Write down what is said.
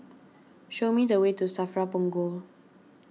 show me the way to Safra Punggol